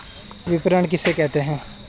विपणन किसे कहते हैं?